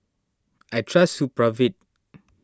I trust Supravit